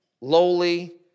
lowly